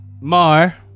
Mar